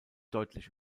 deutlich